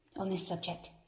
on this subject,